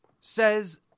says